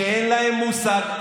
שאין להם מושג,